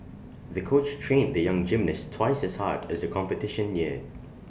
the coach trained the young gymnast twice as hard as the competition neared